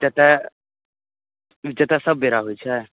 जेतय जेतय सभ बेरा होइत छै